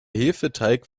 hefeteig